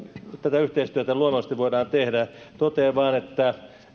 tätä yhteistyötä luonnollisesti voidaan tehdä totean vain että